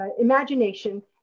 imagination